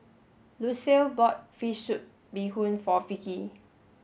Lucile bought fish soup bee Hoon for Vicki